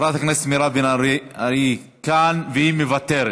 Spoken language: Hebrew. חברת הכנסת מירב בן ארי, היא כאן והיא מוותרת.